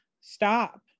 stop